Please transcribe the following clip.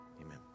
amen